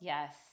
Yes